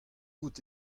out